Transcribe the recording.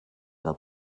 fel